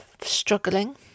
struggling